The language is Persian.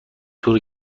تور